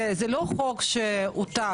זה לא חוק שהועתק.